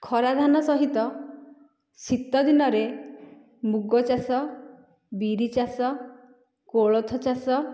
ଖରା ଧାନ ସହିତ ଶୀତ ଦିନରେ ମୁଗ ଚାଷ ବିରି ଚାଷ କୋଳଥ ଚାଷ